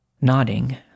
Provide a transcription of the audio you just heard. Nodding